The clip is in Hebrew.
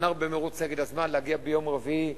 אנחנו במירוץ נגד הזמן להגיע ביום רביעי,